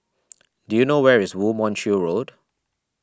do you know where is Woo Mon Chew Road